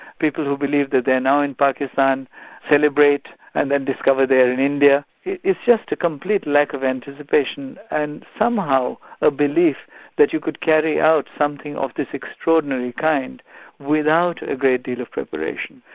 people who believe that they're now in pakistan celebrate and then discover they're in india. it's just a complete lack of anticipation, and somehow a belief that you could carry out something of this extraordinary kind without a great deal of preparation.